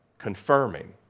confirming